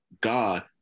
God